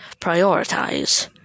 prioritize